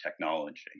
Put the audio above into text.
technology